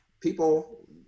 people